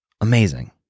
Amazing